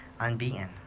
Unbeaten